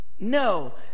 No